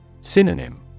Synonym